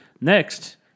Next